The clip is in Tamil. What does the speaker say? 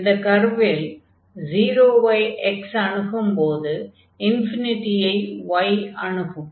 அந்த கர்வில் 0 ஐ x அணுகும் போது ஐ y அணுகும்